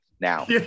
now